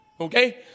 Okay